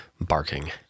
Barking